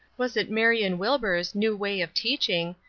was it marion wilbur's new way of teaching,